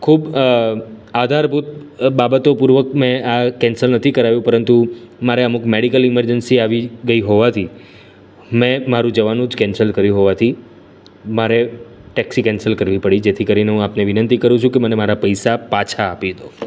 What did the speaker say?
ખૂબ આધારભૂત બાબતો પૂર્વક મેં આ કેન્સલ નથી કરાવ્યું પરંતુ મારે અમુક મેડિકલ ઇમર્જન્સી આવી ગઈ હોવાથી મેં મારું જવાનું જ કેન્સલ કર્યું હોવાથી મારે ટેક્સી કેન્સલ કરવી પડી જેથી કરીને હું આપને વિનંતી કરું છું કે મને મારા પૈસા પાછા આપી દો